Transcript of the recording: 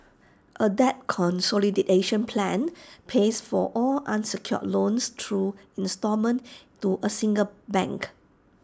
A debt consolidation plan pays for all unsecured loans through instalment to A single bank